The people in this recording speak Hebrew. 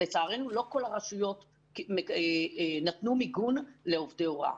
לצערנו, לא כל הרשויות נתנו מיגון לעובדי הוראה.